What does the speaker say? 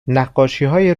نقاشیهای